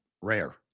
Rare